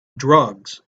drugs